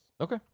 Okay